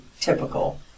typical